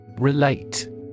Relate